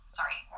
sorry